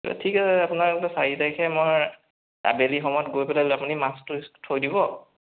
ঠিক আছে আপোনাৰ চাৰি তাৰিখে মই আবেলি সময়ত গৈ পেলাই আপুনি মাছটো থৈ দিব